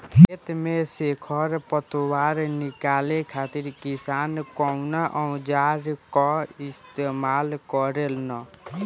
खेत में से खर पतवार निकाले खातिर किसान कउना औजार क इस्तेमाल करे न?